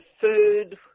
food